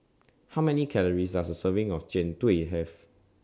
How Many Calories Does A Serving of Jian Dui Have